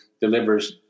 delivers